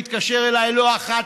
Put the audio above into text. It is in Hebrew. התקשר אליי לא אחת,